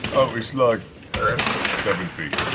oh, it's like seven feet.